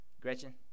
Gretchen